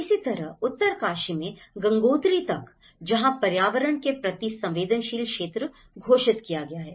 इसी तरह उत्तरकाशी में गंगोत्री तक जहां पर्यावरण के प्रति संवेदनशील क्षेत्र घोषित किया गया है